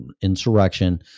insurrection